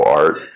art